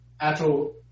Actual